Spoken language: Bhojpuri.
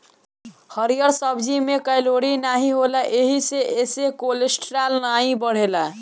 हरिहर सब्जी में कैलोरी नाही होला एही से एसे कोलेस्ट्राल नाई बढ़ेला